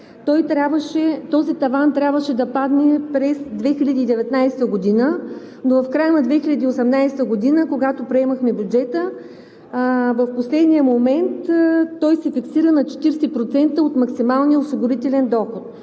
този таван трябваше да падне през 2019 г., но в края на 2018 г., когато приемахме бюджета, в последния момент той се фиксира на 40% от максималния осигурителен доход.